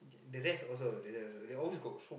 the rest also the rest also they always got